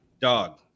Dog